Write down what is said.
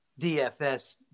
DFS